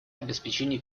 обеспечению